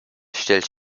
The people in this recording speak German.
stellt